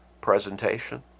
presentation